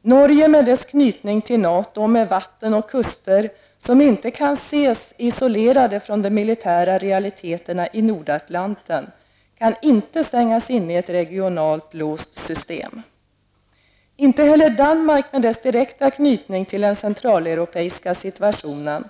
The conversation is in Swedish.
Norge, med sin knytning till NATO och med vatten och kuster som inte kan ses isolerade från de militära realiteterna i Nordatlanten, kan inte stängas inne i ett regionalt låst system, inte heller Danmark med sin direkta knytning till den centraleuropeiska situationen.